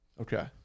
Okay